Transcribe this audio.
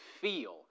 feel